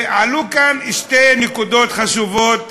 ועלו כאן שתי נקודות חשובות,